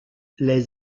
les